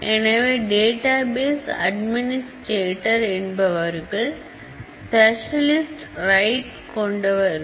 எனவே database administrator என்பவர்கள் specialist rights கொண்டவர்கள்